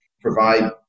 provide